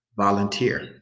volunteer